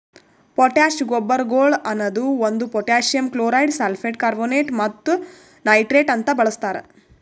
potash ಗೊಬ್ಬರಗೊಳ್ ಅನದು ಒಂದು ಪೊಟ್ಯಾಸಿಯಮ್ ಕ್ಲೋರೈಡ್, ಸಲ್ಫೇಟ್, ಕಾರ್ಬೋನೇಟ್ ಮತ್ತ ನೈಟ್ರೇಟ್ ಅಂತ ಬಳಸ್ತಾರ್